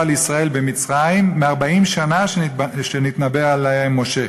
על ישראל במצרים מארבעים שנה שנתנבא עליהם משה,